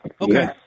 Okay